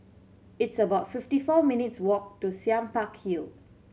it's about fifty four minutes' walk to Sime Park Hill